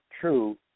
true